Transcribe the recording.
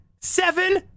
SEVEN